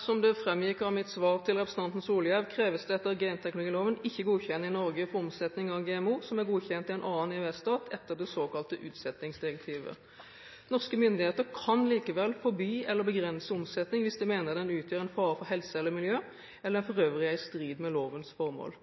Som det framgikk av mitt svar til representanten Solhjell, kreves det etter genteknologiloven ikke godkjenning i Norge for omsetning av GMO som er godkjent i en annen EØS-stat etter det såkalte utsettingsdirektivet. Norske myndigheter kan likevel forby eller begrense omsetning hvis de mener den utgjør en fare for helse eller miljø eller for øvrig er i strid med lovens formål.